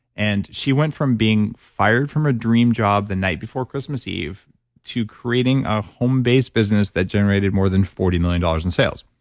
and she went from being fired from a dream job the night before christmas eve to creating a home based business that generated more than forty million dollars in sales.